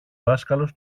δάσκαλος